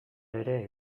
ere